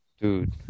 dude